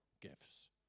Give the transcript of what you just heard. gifts